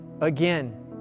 again